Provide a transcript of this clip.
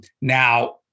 Now